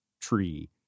tree